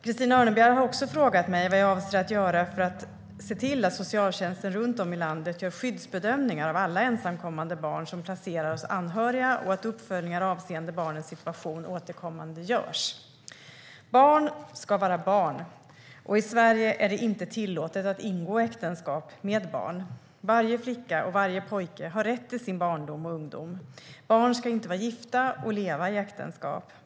Christina Örnebjär har också frågat mig vad jag avser att göra för att se till att socialtjänsten runt om i landet gör skyddsbedömningar av alla ensamkommande barn som placeras hos anhöriga och att uppföljningar avseende barnens situation återkommande görs. Barn ska vara barn, och i Sverige är det inte tillåtet att ingå äktenskap med barn. Varje flicka och varje pojke har rätt till sin barndom och ungdom. Barn ska inte vara gifta och leva i äktenskap.